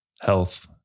Health